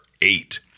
eight